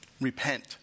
Repent